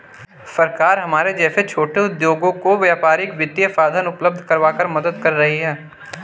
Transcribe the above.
सरकार हमारे जैसे छोटे उद्योगों को व्यापारिक वित्तीय साधन उपल्ब्ध करवाकर मदद कर रही है